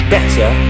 Better